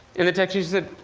and the technician said,